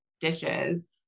dishes